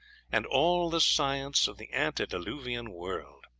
and all the science of the antediluvian world.